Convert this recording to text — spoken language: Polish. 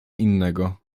innego